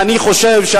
ואני חושב,